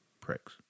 pricks